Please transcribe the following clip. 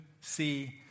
see